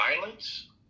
violence